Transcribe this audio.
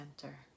center